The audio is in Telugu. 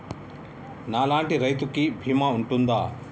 నా లాంటి రైతు కి బీమా ఉంటుందా?